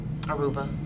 Aruba